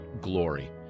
glory